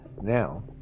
Now